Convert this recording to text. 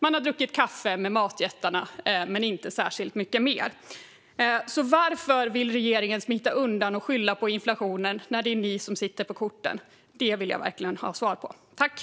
Man har druckit kaffe med matjättarna, men inte särskilt mycket mer. Varför vill regeringen smita undan och skylla på inflationen? Det är ju ni som sitter på korten, Elisabeth Svantesson. Jag vill verkligen ha svar på den frågan.